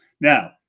Now